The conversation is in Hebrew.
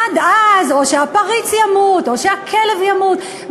עד אז או שהפריץ ימות או שהכלב ימות.